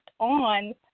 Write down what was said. on